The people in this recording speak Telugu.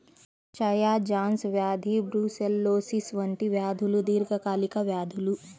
క్షయ, జాన్స్ వ్యాధి బ్రూసెల్లోసిస్ వంటి వ్యాధులు దీర్ఘకాలిక వ్యాధులు